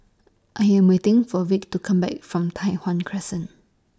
I Am waiting For Vic to Come Back from Tai Hwan Crescent